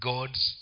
God's